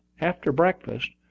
after breakfast,